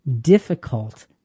difficult